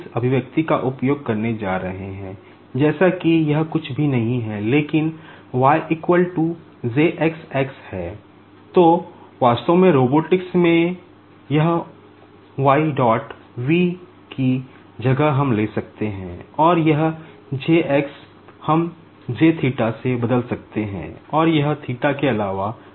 अब यहां रोबोटिक्स से बदल सकते हैं और यह θ के अलावा कुछ भी नहीं है